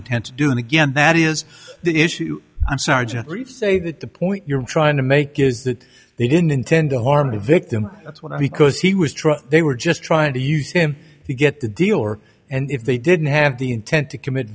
intent to do and again that is the issue i'm sergeant say that the point you're trying to make is that they didn't intend to harm the victim that's what i because he was trying they were just trying to use him to get the deal or and if they didn't have the intent to commit